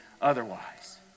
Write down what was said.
otherwise